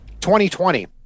2020